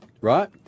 right